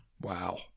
Wow